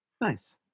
nice